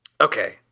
okay